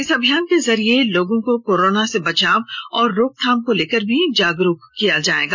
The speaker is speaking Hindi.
इस अभियान के जरिए लोगों को कोरोना से बचाव और रोकथाम को लेकर भी जागरूक किया जाएगा